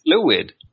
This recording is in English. fluid